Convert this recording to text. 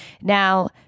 Now